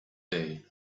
day